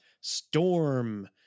Storm